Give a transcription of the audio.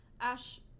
Ash